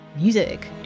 Music